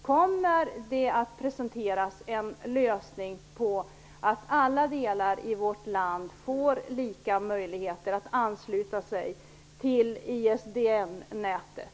Kommer det att presenteras en lösning, så att alla delar i vårt land får lika möjligheter att ansluta sig till ISDN-nätet?